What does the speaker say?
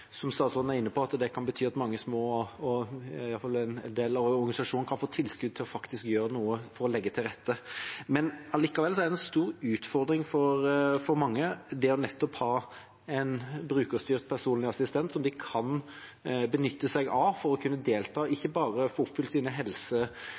det kan bety at en del mindre organisasjoner kan få tilskudd til faktisk å gjøre noe for å legge til rette for dette. Likevel er det en stor utfordring for mange å kunne ha en brukerstyrt personlig assistent som de kan benytte seg av ikke bare i tilknytning til helseutfordringer og de behovene, men også for å kunne delta